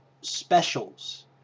specials